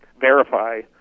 verify